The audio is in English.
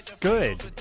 Good